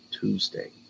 Tuesday